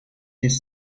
his